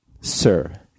Sir